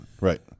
right